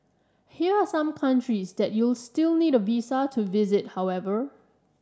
here are some countries that you'll still need a visa to visit however